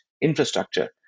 infrastructure